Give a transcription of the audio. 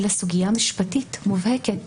אלא סוגיה משפטית מובהקת